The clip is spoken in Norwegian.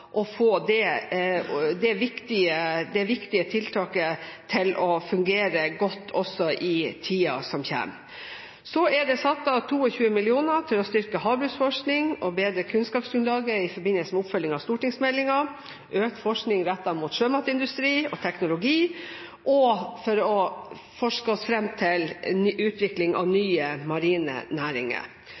og få det viktige tiltaket til å fungere godt også i tida som kommer. Så er det satt av 22 mill. kr til å styrke havbruksforskningen og bedre kunnskapsgrunnlaget i forbindelse med oppfølgingen av stortingsmeldingen, økt forskning rettet mot sjømatindustri og -teknologi, og for å forske oss fram til utvikling av nye marine næringer.